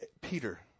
Peter